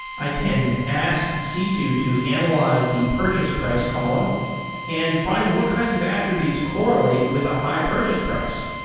i can ask sisu to analyze the purchase price column and find what kinds of attributes correlate with a high purchase price.